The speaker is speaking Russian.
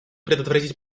предотвратить